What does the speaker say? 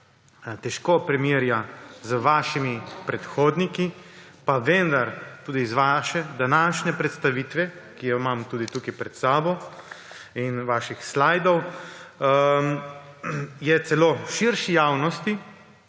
težko primerja z vašimi predhodniki, pa vendar je tudi iz vaše današnje predstavitve, ki jo imam tudi tukaj pred sabo, in vaših slidov celo širši javnosti